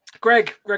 Greg